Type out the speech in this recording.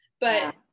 but-